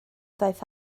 ddaeth